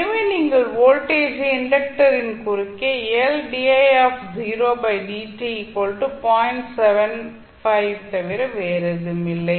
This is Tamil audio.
எனவே நீங்கள் வோல்டேஜை இண்டக்டரின் குறுக்கே தவிர எதுவும் இல்லை